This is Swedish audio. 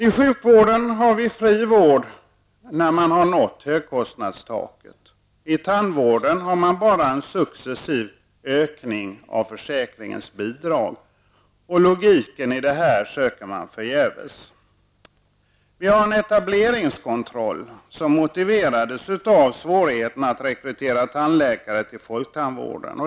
Inom sjukvården har vi fri vård när högkostnadstaket har nåtts, i tandvården blir det bara en successiv ökning av försäkringsbidraget. Man söker förgäves efter logiken. Det finns en etableringskontroll som motiverades av svårigheten att rekrytera tandläkare till folktandvården.